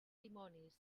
dimonis